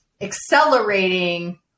accelerating